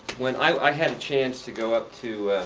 when i had a chance to go up to